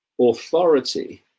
authority